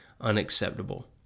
unacceptable